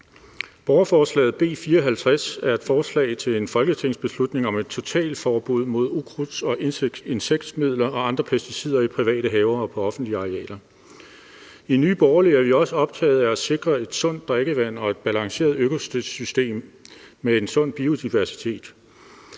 Borgerforslaget B 54 er et forslag til folketingsbeslutning om et totalforbud mod ukrudts- og insektmidler og andre pesticider i private haver og på offentlige arealer. I Nye Borgerlige er vi også optaget af at sikre et sundt drikkevand og et balanceret økosystem med en sund biodiversitet,